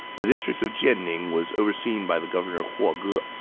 the district of jianning was overseen by the governor huo